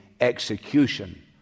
execution